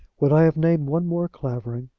when i have named one more clavering,